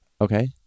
okay